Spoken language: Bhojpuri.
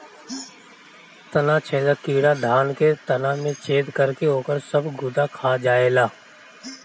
तना छेदक कीड़ा धान के तना में छेद करके ओकर सब गुदा खा जाएला